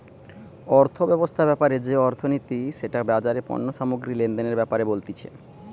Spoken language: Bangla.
অর্থব্যবস্থা ব্যাপারে যে অর্থনীতি সেটা বাজারে পণ্য সামগ্রী লেনদেনের ব্যাপারে বলতিছে